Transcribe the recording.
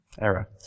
Error